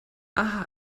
aha